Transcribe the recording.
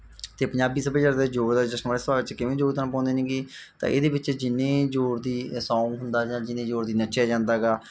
ਅਤੇ ਪੰਜਾਬੀ ਸੱਭਿਆਚਾਰ ਦੇ ਵਾਲੇ ਸੁਭਾਅ ਵਿੱਚ ਕਿਵੇਂ ਯੋਗਦਾਨ ਪਾਉਂਦੇ ਨੇਗੇ ਤਾਂ ਇਹਦੇ ਵਿੱਚ ਜਿੰਨੇ ਜ਼ੋਰ ਦੀ ਸੌਂਗ ਹੁੰਦਾ ਜਾਂ ਜਿੰਨੇ ਜ਼ੋਰ ਦੀ ਨੱਚਿਆ ਜਾਂਦਾ ਗਾ